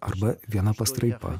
arba viena pastraipa